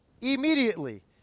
immediately